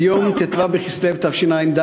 ביום ט"ו בכסלו תשע"ד,